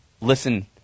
Listen